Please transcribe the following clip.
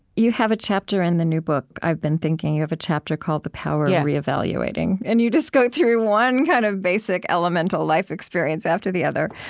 you have a chapter in the new book, i've been thinking, you have a chapter called the power of re-evaluating. and you just go through one kind of basic, elemental life experience after the other.